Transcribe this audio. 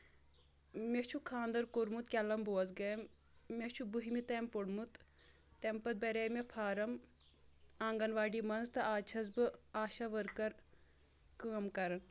مے چھُ خاندر کوٚرمُت کیلم بوزگام مےٚ چھُ بٔہمہِ تام پوٚرمُت تمہِ پتہٕ برے مےٚ فارم آنٛگنواڑی منٛز تہٕ آز چھس بہٕ آشا ؤرکر کٲم کَران